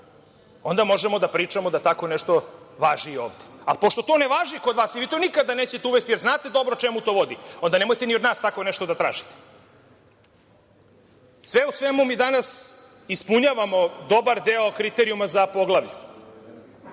onda možemo da pričamo da tako nešto važi i ovde. Ali, pošto to ne važi kod vas i vi to nikada nećete uvesti jer znate dobro čemu to vodi, onda nemojte ni od nas nešto takvo da tražite. Sve u svemu, mi danas ispunjavamo dobar deo kriterijuma za poglavlje.